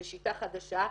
זו שיטה חדשה.